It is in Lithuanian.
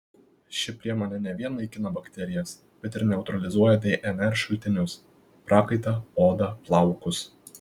ši priemonė ne vien naikina bakterijas bet ir neutralizuoja dnr šaltinius prakaitą odą plaukus